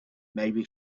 maybe